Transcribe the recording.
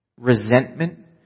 resentment